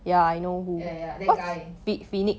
yeah yeah that guy